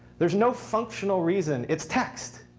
there's no functional reason. it's text.